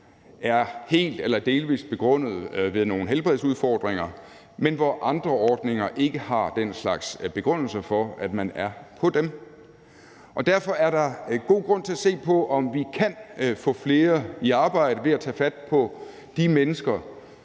er helt eller delvis begrundet i nogle helbredsudfordringer, mens der for andre ordninger ikke er den slags begrundelser for, at man er på dem. Og derfor er der god grund til at se på, om vi kan få flere i arbejde ved at tage fat på de mennesker,